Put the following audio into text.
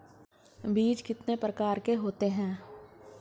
बीज कितने प्रकार के होते हैं?